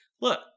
look